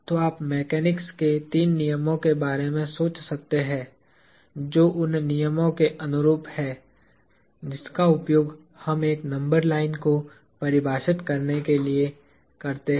तो आप मैकेनिक्स के तीन नियमों के बारे में सोच सकते हैं जो उन नियमों के अनुरूप हैं जिनका उपयोग हम एक नंबर लाइन को परिभाषित करने के लिए करते हैं